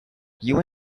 you